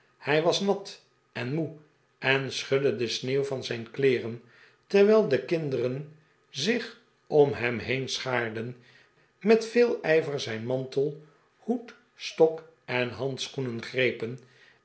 hij was nat en moe en schudde de sneeuw van zijn kleeren terwijl de kinderen zich om hem heen sehaarden met veel ijver zijn mantel hoed stok en handsehoenen grepen